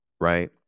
right